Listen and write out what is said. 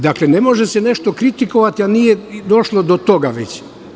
Dakle, ne može se nešto kritikovati a nije došlo do toga već.